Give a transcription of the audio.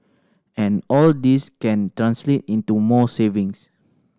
and all this can translate into more savings